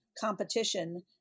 competition